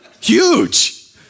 huge